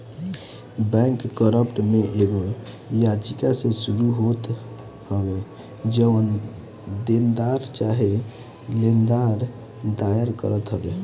bankrupt में एगो याचिका से शुरू होत हवे जवन देनदार चाहे लेनदार दायर करत हवे